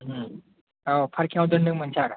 औ पार्किंआव दोनदोंमोन सा